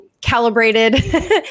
calibrated